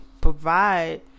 provide